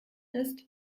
ist